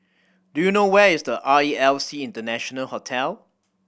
do you know where is R E L C International Hotel